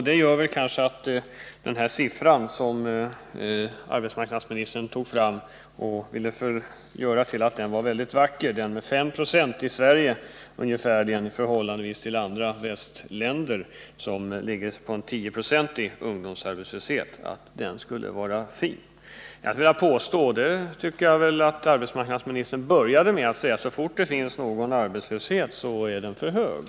Detta gör kanske att den siffra som arbetsmarknadsministern tyckte var mycket fin, 5 9 ungdomsarbetslöshet i Sverige jämfört med ungefär 10 96 för andra västländer, inte är så bra. Jag skulle vilja påstå — och det tyckte jag arbetsmarknadsministern började med att säga — att så fort det finns någon arbetslöshet är den för hög.